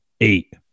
eight